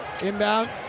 Inbound